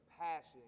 passion